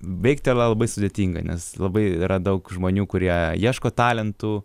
veikti yra labai sudėtinga nes labai yra daug žmonių kurie ieško talentų